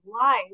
life